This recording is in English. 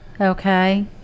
Okay